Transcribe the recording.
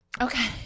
Okay